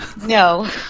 No